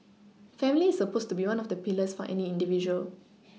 family is supposed to be one of the pillars for any individual